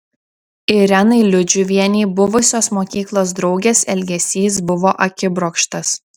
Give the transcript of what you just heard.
irenai liudžiuvienei buvusios mokyklos draugės elgesys buvo akibrokštas